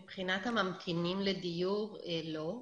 מבחינת הממתינים לדיור לא,